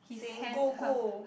saying go go